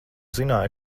zināji